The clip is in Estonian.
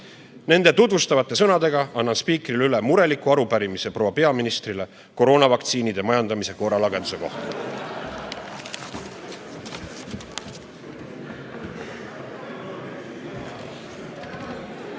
Nende tutvustavate sõnadega annan spiikrile üle mureliku arupärimise proua peaministrile koroonavaktsiinide majandamise korralageduse kohta.